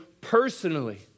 personally